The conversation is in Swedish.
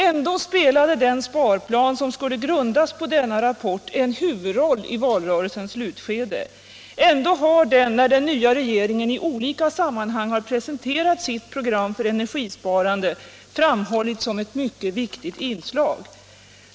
Ändå spelade den sparplan som skulle grundas på denna rapport en huvudroll i valrörelsens slutskede. Ändå har den, när den nya regeringen i olika sammanhang presenterat sitt program för energisparande, framhållits som ett mycket viktigt inslag.